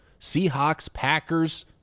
Seahawks-Packers